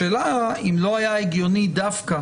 השאלה אם לא היה הגיוני דווקא